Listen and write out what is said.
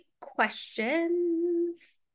questions